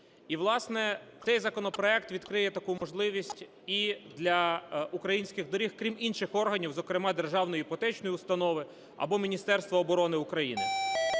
і, власне, цей законопроект відкриє таку можливість і для українських доріг, крім інших органів, зокрема Державної іпотечної установи або Міністерства оброни України.